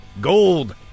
Gold